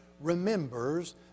remembers